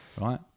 right